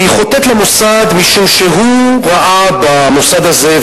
והיא חוטאת למוסד משום שהוא ראה במוסד הזה,